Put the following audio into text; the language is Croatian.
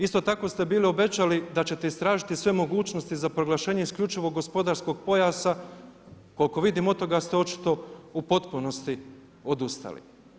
Isto tako ste bili obećali da ćete istražiti sve mogućnosti za proglašenje isključivog gospodarskog pojasa, koliko vidim od toga ste očito u potpunosti odustali.